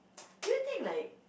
do you think like